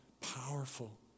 powerful